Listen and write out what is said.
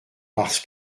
parce